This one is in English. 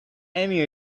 any